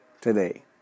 today